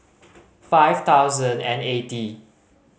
five thousand and eighty